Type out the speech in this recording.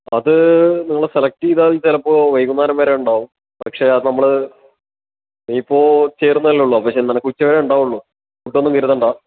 അത് നിങ്ങളെ സെലക്ട് ചെയ്താൽ ഇ ചിലപ്പോൾ വൈകുന്നേരം വരെ ഉണ്ടാവും പക്ഷേ അത് നമ്മൾ നീ ഇപ്പോൾ ചേർന്നതല്ലേ ഉള്ളൂ പക്ഷെ നിനക്ക് ഉച്ച വരെ ഉണ്ടാവുളളു ഫുഡ്ഡ് ഒന്നും കരുതണ്ട